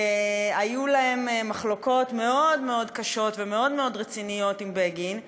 היו להם מחלוקות מאוד מאוד קשות ומאוד מאוד רציניות עם בגין,